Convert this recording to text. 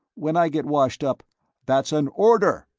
when i get washed up that's an order,